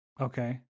Okay